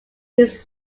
his